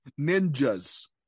Ninjas